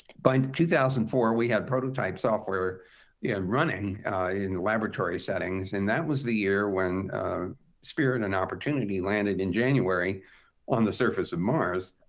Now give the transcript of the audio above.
by and two thousand and four, we had prototype software yeah running in laboratory settings. and that was the year when spirit and opportunity landed in january on the surface of mars.